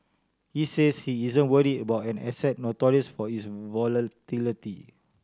he says he isn't worried about an asset notorious for its volatility